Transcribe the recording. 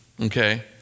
okay